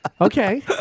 Okay